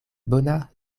bona